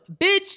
bitch